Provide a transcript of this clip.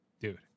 Dude